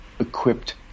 Equipped